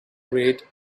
great